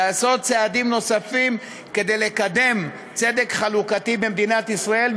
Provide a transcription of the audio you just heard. לעשות צעדים נוספים כדי לקדם צדק חלוקתי במדינת ישראל.